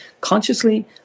consciously